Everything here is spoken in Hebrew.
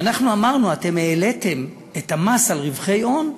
ואנחנו אמרנו: אתם העליתם את המס על רווחי הון,